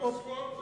זה הסוהרים עשו,